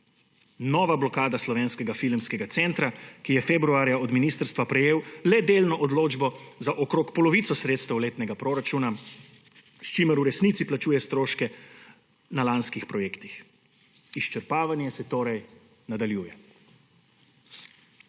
nova blokada Slovenskega filmskega centra, ki je februarja od ministrstva prejel le delno odločbo za okrog polovico sredstev letnega proračuna, s čimer v resnici plačuje stroške na lanskih projektih. Izčrpavanje se torej nadaljuje.